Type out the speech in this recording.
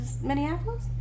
minneapolis